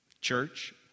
Church